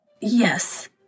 yes